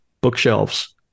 bookshelves